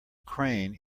crane